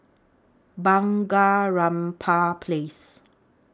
Bunga Rampai Place